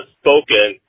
spoken